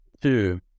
two